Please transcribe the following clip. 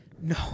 No